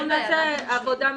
נעשה עבודה מסודרת,